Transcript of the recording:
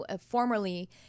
formerly